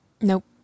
Nope